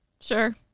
Sure